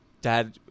dad